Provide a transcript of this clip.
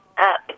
up